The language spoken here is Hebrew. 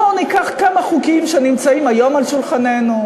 בואו ניקח כמה חוקים שנמצאים היום על שולחננו,